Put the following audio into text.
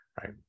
right